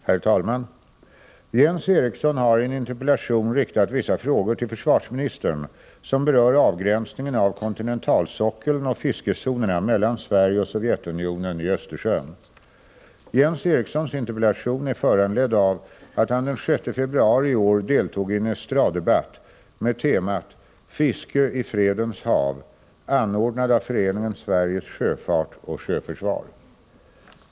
Herr talman! Jens Eriksson har i en interpellation riktat vissa frågor till försvarsministern som berör avgränsningen av kontinentalsockeln och fiskezonerna mellan Sverige och Sovjetunionen i Östersjön. Jens Erikssons interpellation är föranledd av att han den 6 februari i år deltog i en estraddebatt med temat ”Fiske i Fredens hav” anordnad av Föreningen Sveriges sjöfart och sjöförsvar.